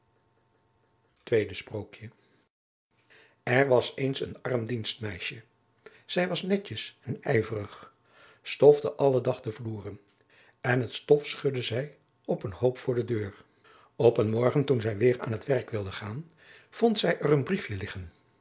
tweede sprookje er was eens een arm dienstmeisje zij was netjes en ijverig stofte alle dag de vloeren en het stof schudde zij op een hoop voor de deur op een morgen toen zij weêr aan het werk wilde gaan vond zij er een brief liggen